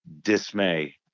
dismay